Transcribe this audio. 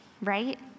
right